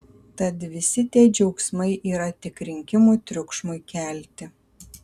tad visi tie džiaugsmai yra tik rinkimų triukšmui kelti